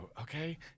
Okay